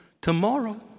tomorrow